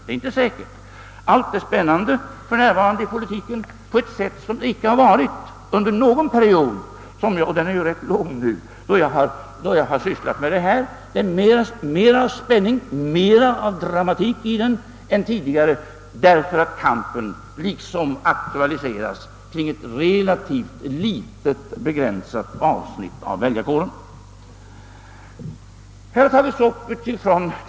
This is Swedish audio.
Allt är för närvarande spännande inom politiken på ett sätt som icke varit fallet under någon del av den period — och den har nu blivit rätt lång — som jag ägnat mig åt detta arbete. Det är mera av spänning och av dramatik än tidigare, eftersom kampen nu koncentreras till ett relativt begränsat avsnitt av väljarkåren.